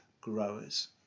growers